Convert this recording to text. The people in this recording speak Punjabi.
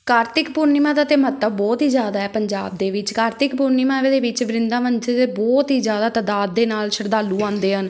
ਕਾਰਤਿਕ ਪੂਰਨਿਮਾ ਦਾ ਤਾਂ ਮਹੱਤਵ ਬਹੁਤ ਹੀ ਜ਼ਿਆਦਾ ਪੰਜਾਬ ਦੇ ਵਿੱਚ ਕਾਰਤਿਕ ਪੂਰਨਿਮਾ ਦੇ ਵਿੱਚ ਵਰਿੰਦਾਵਣ 'ਚ ਤਾਂ ਬਹੁਤ ਹੀ ਜ਼ਿਆਦਾ ਤਾਦਾਦ ਦੇ ਨਾਲ ਸ਼ਰਧਾਲੂ ਆਉਂਦੇ ਹਨ